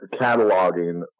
cataloging